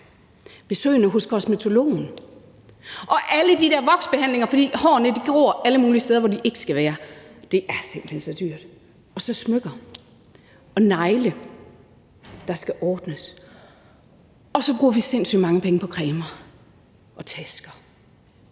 besøgene hos kosmetologen og alle de der voksbehandlinger, fordi hårene gror alle mulige steder, hvor de ikke skal være, er simpelt hen også så dyrt, og der er smykker og negle, der skal ordnes, og vi bruger sindssygt mange penge på cremer og tasker.